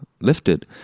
lifted